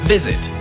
Visit